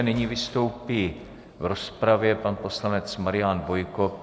Nyní vystoupí v rozpravě pan poslanec Marian Bojko.